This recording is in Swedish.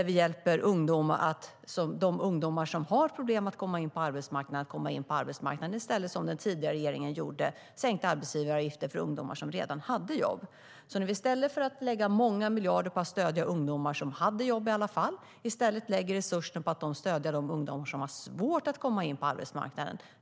Vi hjälper de ungdomar som har problem att komma in på arbetsmarknaden i stället för att, som den tidigare regeringen gjorde, sänka arbetsgivaravgifterna för ungdomar som redan hade jobb.I stället för att lägga många miljarder på att stödja ungdomar som har jobb i alla fall lägger vi resurser på att stödja de ungdomar som har svårt att komma in på arbetsmarknaden.